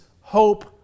hope